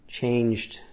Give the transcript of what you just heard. changed